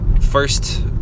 first